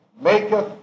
maketh